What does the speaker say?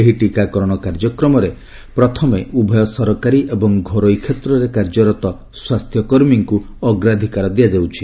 ଏହି ଟିକାକରଣ କାର୍ଯ୍ୟକ୍ରମରେ ପ୍ରଥମେ ଉଭୟ ସରକାରୀ ଏବଂ ଘରୋଇ କ୍ଷେତ୍ରରେ କାର୍ଯ୍ୟରତ ସ୍ୱାସ୍ଥ୍ୟକର୍ମୀଙ୍କୁ ଅଗ୍ରାଧିକାର ଦିଆଯାଉଛି